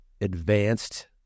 advanced